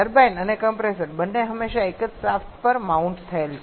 turbine અને compressor બંને હંમેશા એક જ શાફ્ટ પર માઉન્ટ થયેલ છે